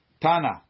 Tana